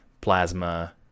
plasma